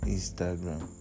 Instagram